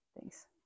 Thanks